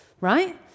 right